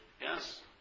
Yes